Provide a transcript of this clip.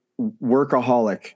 workaholic